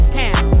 town